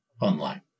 online